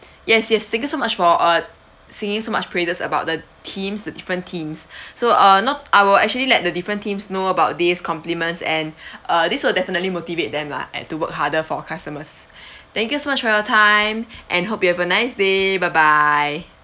yes yes thank you so much for err saying so much praises about the teams the different teams so err not I will actually let the different teams know about these compliments and uh this will definitely motivate them lah and to work harder for customers thank you so much for your time and hope you have a nice day bye bye